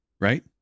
right